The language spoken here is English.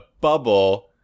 bubble